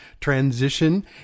transition